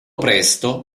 presto